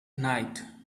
night